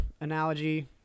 analogy